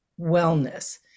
wellness